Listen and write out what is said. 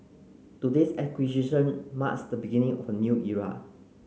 today's acquisition marks the beginning of a new era